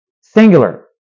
singular